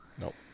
Nope